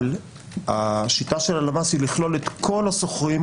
אבל השיטה היא לכלול את כל השוכרים.